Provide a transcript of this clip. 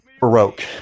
Baroque